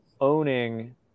owning